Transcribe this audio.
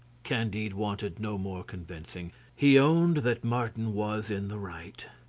candide wanted no more convincing he owned that martin was in the right.